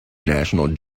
national